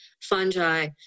fungi